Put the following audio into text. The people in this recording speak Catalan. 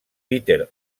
peter